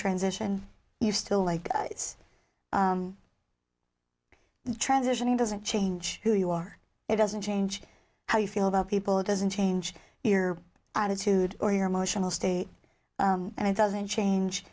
transition you still like it's transitioning doesn't change who you are it doesn't change how you feel about people it doesn't change your attitude or your emotional state and it doesn't change